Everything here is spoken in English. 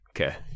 Okay